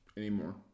Anymore